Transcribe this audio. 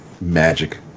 magic